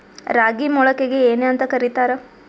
ರಾಗಿ ಮೊಳಕೆಗೆ ಏನ್ಯಾಂತ ಕರಿತಾರ?